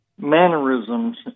mannerisms